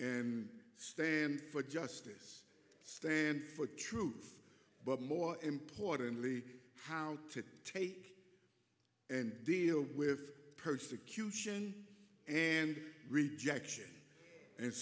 and stand for justice stand for truth but more importantly how to take and deal with persecution and rejection and